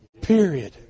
Period